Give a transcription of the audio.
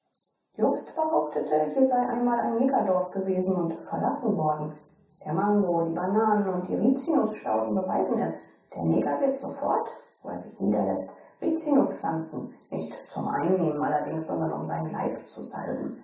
jobst behauptete hier sei einmal ein negerdorf gewesen und verlassen worden der mango die bananen und die rizinusstauden beweisen es der neger wird sofort wo er sich niederläßt rizinus pflanzen nicht zum einnehmen allerdings sondern um seinen leib zu salben